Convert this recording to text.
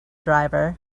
driver